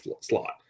slot